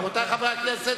רבותי חברי הכנסת,